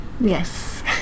yes